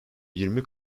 yirmi